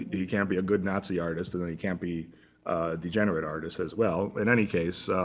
he can't be a good nazi artist, and then he can't be a degenerate artist as well. in any case,